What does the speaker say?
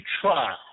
trial